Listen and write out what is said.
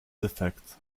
defekt